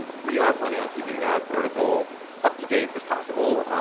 and we are planning on keeping that article up to date as possible.